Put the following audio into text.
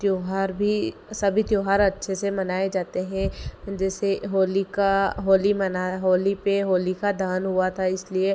त्योहार भी सभी त्योहार अच्छे से मनाए जाते है जैसे होलिका होली मना होली पे होलिका दहन हुआ था इसलिए